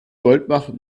goldbach